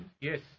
Yes